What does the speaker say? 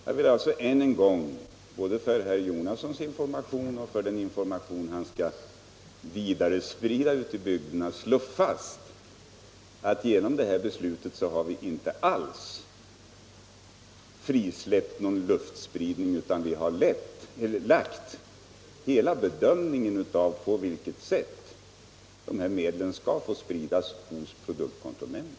Jag vill därför ännu en gång — både för herr Jonassons egen information och med tanke på den information han skall sprida vidare ute i bygderna —- slå fast att riksdagen genom ett beslut enligt propositionens förslag inte alls frisläpper någon luftspridning. I stället lägger man hela bedömningen av, på vilket sätt bekämpningsmedlen skall få spridas, hos produktkontrollnämnden.